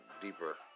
deeper